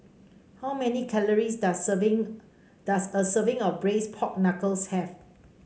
how many calories does serving does a serving of Braised Pork Knuckles have